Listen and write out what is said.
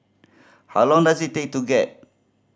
how long does it take to get